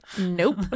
Nope